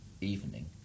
evening